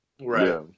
Right